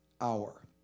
hour